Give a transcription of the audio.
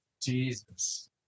Jesus